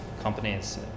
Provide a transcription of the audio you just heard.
companies